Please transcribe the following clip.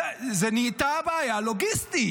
זאת נהייתה בעיה לוגיסטית,